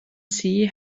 see